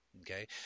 Okay